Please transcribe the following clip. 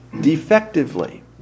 defectively